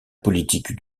politique